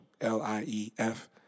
L-I-E-F